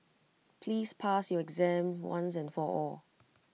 please pass your exam once and for all